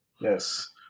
Yes